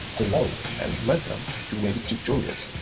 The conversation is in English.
hello and welcome to webit tutorials.